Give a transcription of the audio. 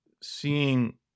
seeing